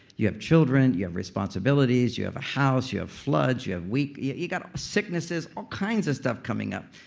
you have children. you have responsibilities. you have a house. you have floods. you have week. you you got sicknesses. all kinds of stuff coming up.